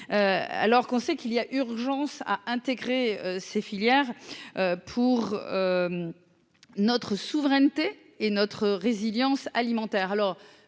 alors qu'on sait qu'il y a urgence à intégrer ces filières pour notre souveraineté et notre résilience alimentaire,